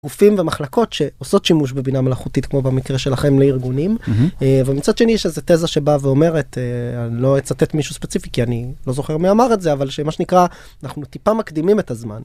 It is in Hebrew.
רופאים ומחלקות שעושות שימוש בבינה מלאכותית, כמו במקרה שלכם, לארגונים. ומצד שני, יש איזו תזה שבאה ואומרת, אני לא אצטט מישהו ספציפי כי אני לא זוכר מי אמר את זה, אבל שמה שנקרא, אנחנו טיפה מקדימים את הזמן.